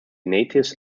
natives